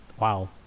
Wow